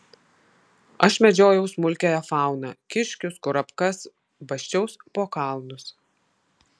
aš medžiojau smulkiąją fauną kiškius kurapkas basčiausi po kalnus